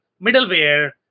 middleware